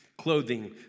Clothing